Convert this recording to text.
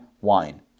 Wine